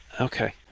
Okay